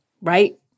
right